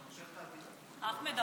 אחמד,